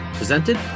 presented